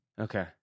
okay